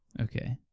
Okay